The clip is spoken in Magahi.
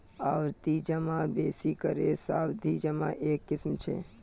आवर्ती जमा बेसि करे सावधि जमार एक किस्म छ